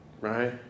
Right